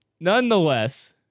Nonetheless